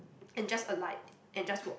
and just alight and just walk